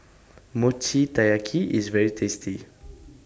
Mochi Taiyaki IS very tasty